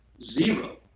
Zero